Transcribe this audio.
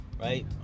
right